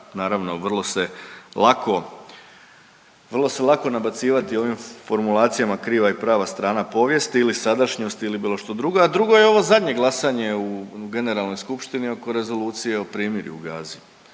lako, vrlo se lako nabacivati ovim formulacijama kriva i prava strana povijesti ili sadašnjosti ili bilo što drugo, a drugo je ovo zadnje glasanje u Generalnoj skupštini oko Rezolucije o primirju u Gazi.